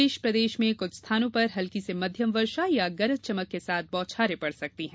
शेष प्रदेश में कुछ स्थानों पर हल्की से मध्यम वर्षा या गरज चमक के साथ बौछारें पड़ सकती हैं